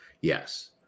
yes